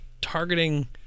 targeting